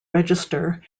register